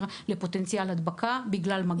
לפוטנציאל הדבקה בגלל מגע עם חולים.